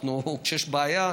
כשיש בעיה,